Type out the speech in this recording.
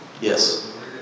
Yes